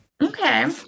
okay